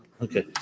Okay